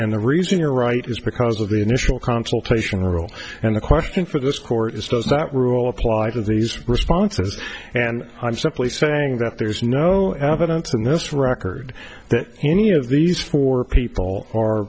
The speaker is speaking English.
and the reason you're right is because of the initial consultation rule and the question for this court is does that rule apply to these responses and i'm simply saying that there's no evidence in this record that any of these four people or